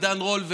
עידן רול,